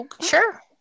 sure